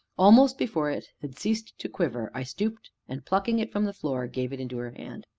almost before it had ceased to quiver i stooped, and, plucking it from the floor, gave it into her hand.